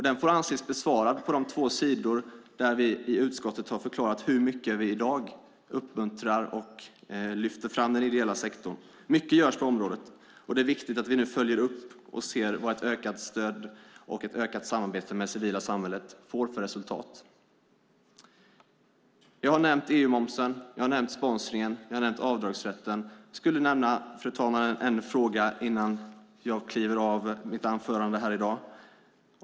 Den får anses besvarad på de två sidor där vi i utskottet har förklarat hur mycket vi i dag uppmuntrar och lyfter fram den ideella sektorn. Mycket görs på området, och det är viktigt att vi nu följer upp och ser vad ett ökat stöd och ett ökat samarbete med det civila samhället får för resultat. Jag har nämnt EU-momsen. Jag har nämnt sponsringen. Jag har nämnt avdragsrätten. Jag skulle vilja nämna ännu en fråga innan jag avslutar mitt anförande i dag.